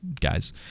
guys